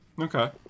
Okay